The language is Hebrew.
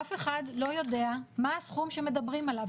אף אחד לא יודע מה הסכום שמדברים עליו.